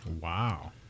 Wow